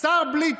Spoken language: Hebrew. שר בלי תיק.